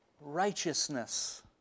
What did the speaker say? righteousness